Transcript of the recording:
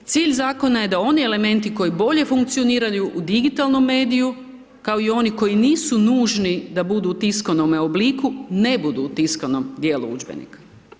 Cilj zakona je da oni elementi koji bolje funkcioniraju u digitalnom mediju kao i oni koji nisu nužni da budu u tiskanome obliku, ne budu u tiskanom dijelu udžbenika.